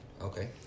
Okay